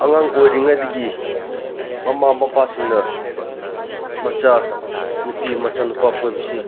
ꯑꯉꯥꯡ ꯑꯣꯏꯔꯤꯉꯩꯗꯒꯤ ꯃꯃꯥ ꯃꯄꯥꯁꯤꯡꯅ ꯃꯆꯥ ꯅꯨꯄꯤ ꯃꯆꯥ ꯅꯨꯄꯥ ꯀꯣꯏꯕꯁꯤ